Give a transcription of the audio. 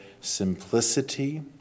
simplicity